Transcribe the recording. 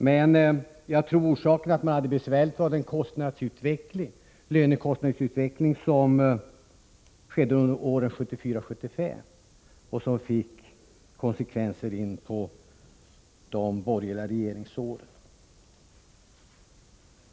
Men jag tror att orsakerna till att regeringen hade det besvärligt var den lönekostnadsutveckling som skedde under åren 1974-1975 och som fick konsekvenser in på de borgerliga regeringsåren.